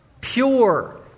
pure